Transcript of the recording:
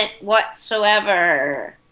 whatsoever